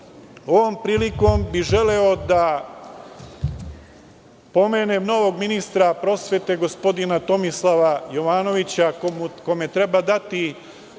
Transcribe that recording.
prilikom bih želeo da pomenem novog ministra prosvete, gospodina Tomislava Jovanovića, kome treba dati